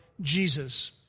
Jesus